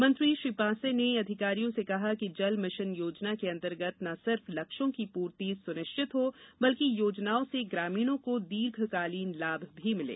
मंत्री श्री पांसे ने अधिकारियों से कहा कि जल मिशन योजना के अन्तर्गत न सिर्फ लक्ष्यों की पूर्ति सुनिश्चित हो बल्कि योजनाओं से ग्रामीणों को दीर्घकालीन लाभ भी मिले